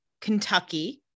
Kentucky